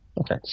Okay